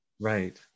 right